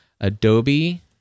Adobe